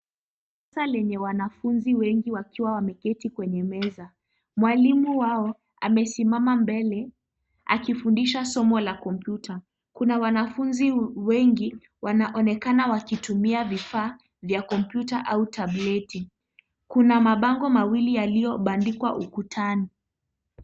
Lenye wanafunzi wengi wakiwa wameketi kwenye meza. Mwalimu wao, amesimama mbele, akifundisha somo la Kompyuta. Kuna wanafunzi wengi, wanaonekana wakitumia vifaa vya kompyuta au tableti. Kuna mabango mawili yaliyobandikwa ukutani.